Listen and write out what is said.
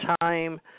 time